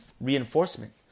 reinforcement